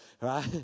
right